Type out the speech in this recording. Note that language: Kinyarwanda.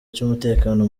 cy’umutekano